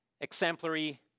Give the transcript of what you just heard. exemplary